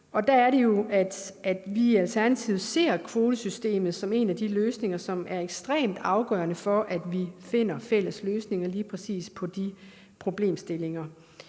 Der er det jo, at vi i Alternativet ser kvotesystemet som en af de løsninger, som er ekstremt afgørende for, at vi finder fælles løsninger på lige præcis de problemstillinger.